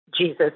Jesus